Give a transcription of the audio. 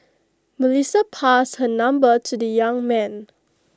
Melissa passed her number to the young man